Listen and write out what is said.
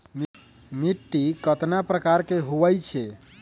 मिट्टी कतना प्रकार के होवैछे?